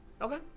Okay